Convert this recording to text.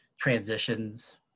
transitions